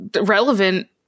relevant